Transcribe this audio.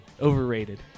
overrated